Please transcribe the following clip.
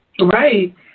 Right